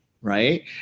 right